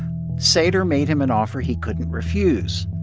sater made him an offer he couldn't refuse.